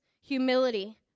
humility